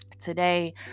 today